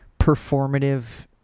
performative